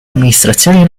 amministrazioni